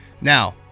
Now